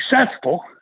successful